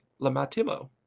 Lamatimo